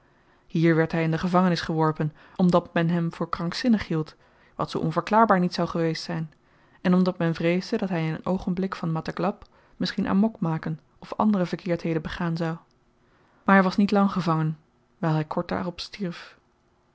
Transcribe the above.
hier werd hy in de gevangenis geworpen omdat men hem voor krankzinnig hield wat zoo onverklaarbaar niet zou geweest zyn en omdat men vreesde dat hy in een oogenblik van matah glap misschien amokh maken of andere verkeerdheden begaan zou maar hy was niet lang gevangen wyl hy kort daarop stierf